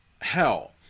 hell